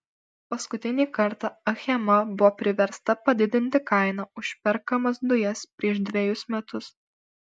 paskutinį kartą achema buvo priversta padidinti kainą už perkamas dujas prieš dvejus metus